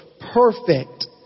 perfect